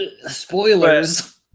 spoilers